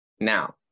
now